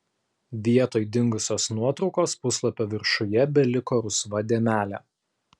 vietoj dingusios nuotraukos puslapio viršuje beliko rusva dėmelė